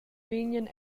vegnan